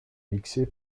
mixé